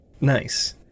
nice